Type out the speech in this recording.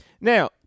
Now